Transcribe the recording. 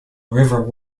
river